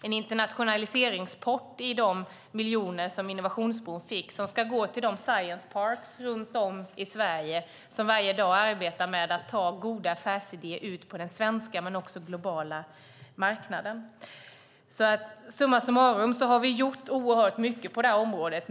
En internationaliseringspott av de miljoner som Innovationsbron fick ska gå till de science parks runt om i Sverige som varje dag arbetar med att ta goda affärsidéer ut på den svenska men också den globala marknaden. Summa summarum har vi gjort oerhört mycket på det här området.